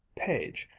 page,